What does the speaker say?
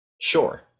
sure